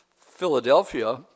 Philadelphia